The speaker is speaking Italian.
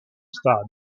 stadio